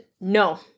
No